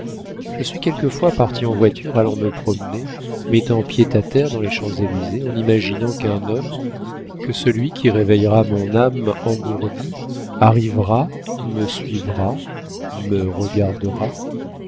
je suis quelquefois partie en voiture allant me promener mettant pied à terre dans les champs-élysées en imaginant qu'un homme que celui qui réveillera mon âme engourdie arrivera me suivra me regardera